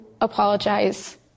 apologize